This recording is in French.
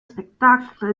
spectacles